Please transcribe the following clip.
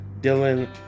dylan